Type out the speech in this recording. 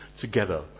together